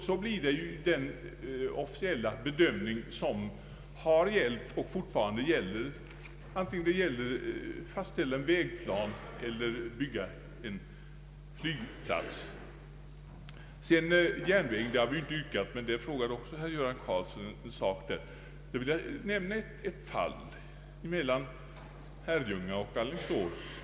Sådan är nämligen den officiella bedömning som har gällt och fortfarande gäller vid fastställandet av en vägplan eller byggandet av en flygplats. I fråga om järnvägarna har vi inte yrkat något, men även där ställde herr Göran Karlsson en fråga. Jag vill nämna ett fall mellan Herrljunga och Alingsås.